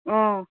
অঁ